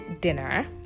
dinner